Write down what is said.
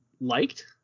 liked